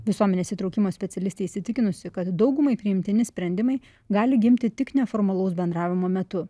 visuomenės įtraukimo specialistė įsitikinusi kad daugumai priimtini sprendimai gali gimti tik neformalaus bendravimo metu